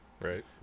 Right